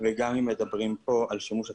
וגם אם מדובר על שימוש עצמי,